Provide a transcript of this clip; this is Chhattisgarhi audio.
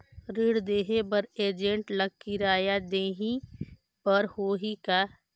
ऋण देहे बर एजेंट ला किराया देही बर होही का?